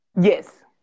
Yes